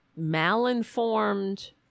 malinformed